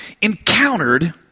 encountered